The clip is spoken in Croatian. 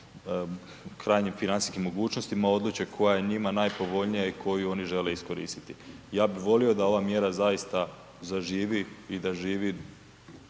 financijskim financijskim mogućnostima odluče koja je njima najpovoljnija i koju oni žele iskoristiti. Ja bih volio da ova mjera zaista zaživi i da živi